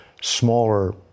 smaller